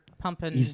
pumping